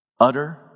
utter